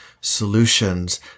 solutions